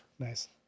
Nice